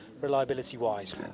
reliability-wise